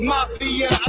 Mafia